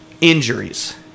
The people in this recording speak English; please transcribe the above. injuries